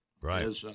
Right